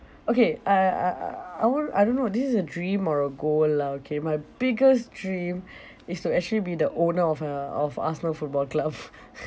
okay uh uh uh uh I wo~ I don't know this is a dream or a goal lah okay my biggest dream is to actually be the owner of uh of arsenal football club